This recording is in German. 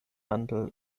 handel